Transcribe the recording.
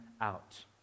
out